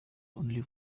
only